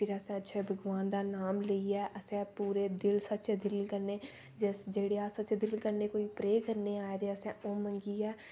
फिर असें अच्छे भगवान दा नाम लेइयै असें पूरे सच्चे दिल कन्नै जेह्ड़े अस सच्चे दिल कन्नै कोई प्रे करने आं ते असें ओह् मंगियै